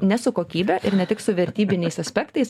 ne su kokybe ir ne tik su vertybiniais aspektais